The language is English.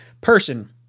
person